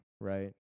Right